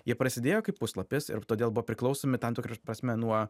jie prasidėjo kaip puslapis ir todėl buvo priklausomi tam tikra prasme nuo